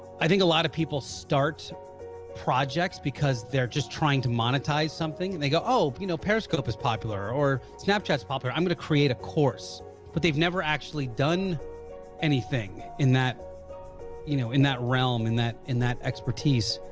i think a lot of people starts projects because they're just trying to monetize something and they go all you know periscope is popular or snapchat is popular i'm gonna create a course but they've never actually done anything in that you know in that realm in that in that expertise.